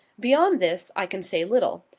beyond this, i can say little.